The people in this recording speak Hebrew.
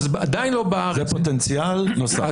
זה פוטנציאל נוסף.